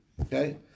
Okay